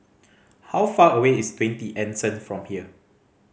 how far away is Twenty Anson from here